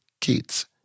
kids